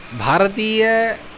भारतीय